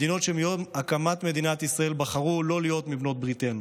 מדינות שמיום הקמת מדינת ישראל בחרו שלא להיות מבעלות בריתנו.